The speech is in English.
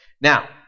Now